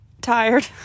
tired